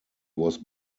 was